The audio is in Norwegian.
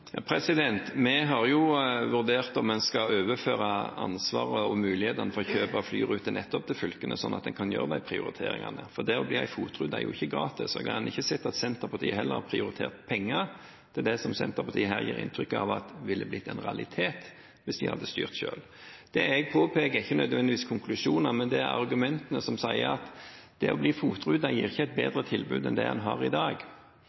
Vi har vurdert om en skal overføre ansvaret og mulighetene for kjøp av flyruter nettopp til fylkene, sånn at de kan gjøre de prioriteringene. For det å bli en FOT-rute er jo ikke gratis, og jeg har ikke sett at Senterpartiet heller har prioritert penger til det som Senterpartiet her gir inntrykk av ville blitt en realitet hvis de hadde styrt selv. Det jeg påpeker, er ikke nødvendigvis konklusjoner, men det er argumentene om at det å bli FOT-rute gir ikke et bedre tilbud enn det en har i dag.